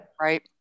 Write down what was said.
Right